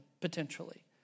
potentially